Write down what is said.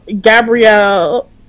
Gabrielle